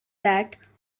that